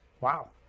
wow